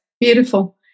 beautiful